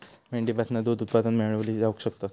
मेंढीपासना दूध उत्पादना मेळवली जावक शकतत